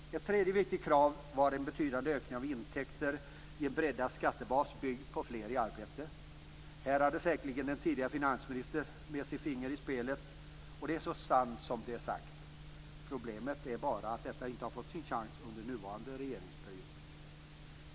Ett tredje viktigt krav var en betydande ökning av intäkter i en breddad skattebas byggd på fler i arbete. Här har säkerligen en tidigare finansminister haft sitt finger med i spelet. Det är så sant som det är sagt. Problemet är bara att detta inte fått sin chans under nuvarande regeringsperiod.